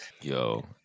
yo